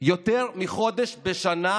בשנה